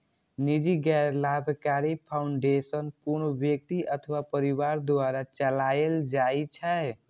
निजी गैर लाभकारी फाउंडेशन कोनो व्यक्ति अथवा परिवार द्वारा चलाएल जाइ छै